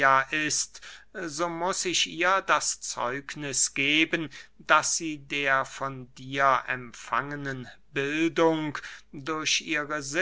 ist so muß ich ihr das zeugniß geben daß sie der von dir empfangenen bildung durch